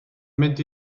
mynd